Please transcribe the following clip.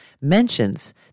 mentions